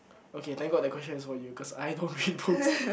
okay thank god that question is for you cause I don't read books